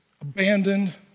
abandoned